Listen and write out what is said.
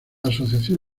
asociación